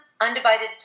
undivided